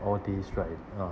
all these right uh